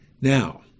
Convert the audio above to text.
Now